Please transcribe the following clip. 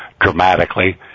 dramatically